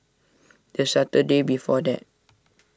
the Saturday before that